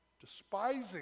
despising